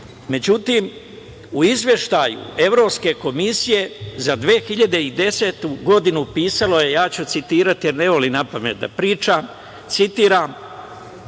Međutim, u izveštaju Evropske komisije za 2010. godinu pisalo je, ja ću citirati, jer ne volim napamet da pričam, citiram